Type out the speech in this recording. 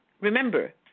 Remember